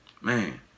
Man